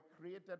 created